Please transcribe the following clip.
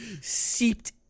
seeped